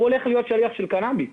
הוא הולך להיות שליח של קנאביס.